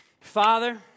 Father